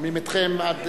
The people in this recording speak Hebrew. שומעים אתכם.